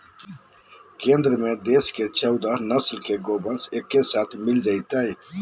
केंद्र में देश के चौदह नस्ल के गोवंश एके साथ मिल जयतय